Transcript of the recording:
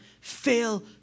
fail